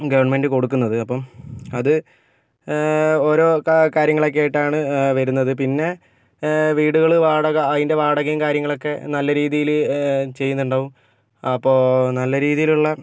government കൊടുക്കുന്നത് അപ്പം അത് ഓരോ കാര്യങ്ങളൊക്കെയായിട്ടാണ് വരുന്നത് പിന്നെ വീടുകള് വാടക അതിന്റെ വാടകയും കാര്യങ്ങളൊക്കെ നല്ല രീതിയിൽ ചെയ്യുന്നുണ്ടാകും അപ്പോൾ നല്ല രീതിയിലുള്ള